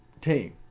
team